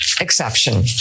exception